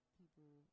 people